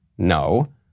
No